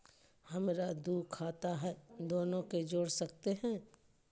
हमरा दू खाता हय, दोनो के जोड़ सकते है?